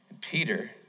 Peter